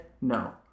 No